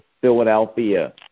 Philadelphia